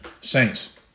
Saints